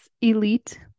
elite